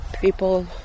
people